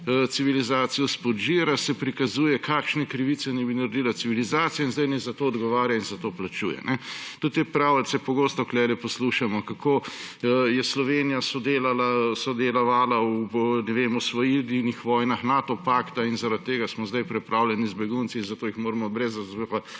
civilizacijo izpodžira, se prikazuje, kakšne krivice naj bi naredila civilizacija; in sedaj naj za to odgovarja in za to plačuje. Tudi te pravljice pogosto tukaj poslušamo, kako je Slovenija sodelovala v osvajalnih vojnah Nato pakta; in zaradi tega smo sedaj preplavljeni z begunci, zato jih moramo brez razloga